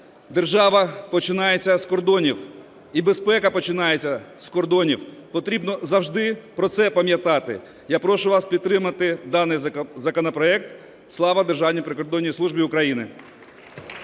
Держава починається з кордонів, і безпека починається з кордонів. Потрібно завжди про це пам'ятати. Я прошу вас підтримати даний законопроект. Слава Державній прикордонній службі України!